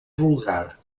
vulgar